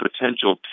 potential